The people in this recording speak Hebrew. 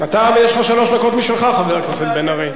אבל אתה, יש לך שלוש דקות משלך, חבר הכנסת בן-ארי.